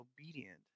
obedient